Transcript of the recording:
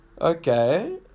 Okay